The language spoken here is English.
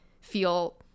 feel